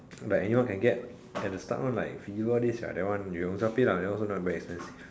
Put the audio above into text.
like you know can get at the start one like fever all this ya that one you ownself pay lah also not very expensive